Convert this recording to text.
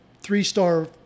three-star